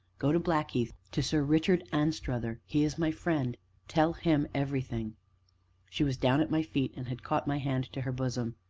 go to blackheath to sir richard anstruther he is my friend tell him everything she was down at my feet, and had caught my hand to her bosom.